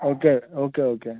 okay okay okay